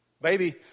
Baby